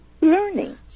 learning